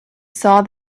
saw